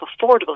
affordable